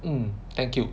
mm thank you